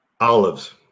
Olives